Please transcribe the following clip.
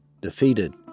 defeated